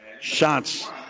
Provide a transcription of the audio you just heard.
shots